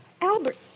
Albert